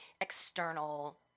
external